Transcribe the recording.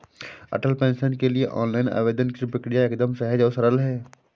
अटल pension के लिए online आवेदन की प्रक्रिया एकदम सहज और सरल है